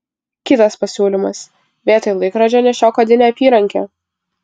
kitas pasiūlymas vietoj laikrodžio nešiok odinę apyrankę